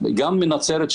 גם מנצרת,